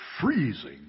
freezing